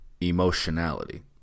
emotionality